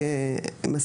לגבי ילדים מכיתה א',